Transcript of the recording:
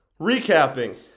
Recapping